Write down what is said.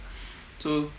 so